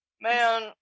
Man